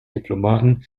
diplomaten